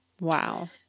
Wow